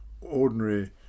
ordinary